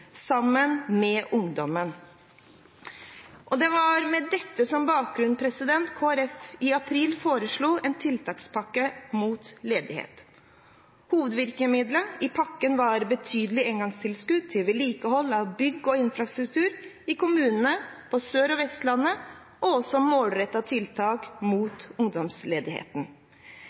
sammen med ungdommen. Det var med dette som bakgrunn Kristelig Folkeparti i april foreslo en tiltakspakke mot ledighet. Hovedvirkemiddelet i pakken var betydelige engangstilskudd til vedlikehold av bygg og infrastruktur til kommunene på Sør- og Vestlandet, og også målrettede tiltak mot ungdomsledigheten.